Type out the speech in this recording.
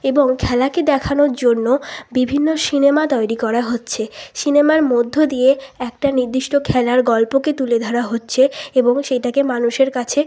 এবং খেলাকে দেখানোর জন্য বিভিন্ন সিনেমা তৈরি করা হচ্ছে সিনেমার মধ্য দিয়ে একটা নির্দিষ্ট খেলার গল্পকে তুলে ধরা হচ্ছে এবং সেইটাকে মানুষের কাছে